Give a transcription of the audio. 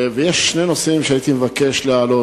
יש שני נושאים שהייתי מבקש להעלות.